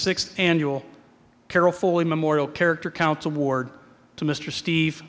sixth annual carol foley memorial character counts award to mr steve